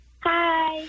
Hi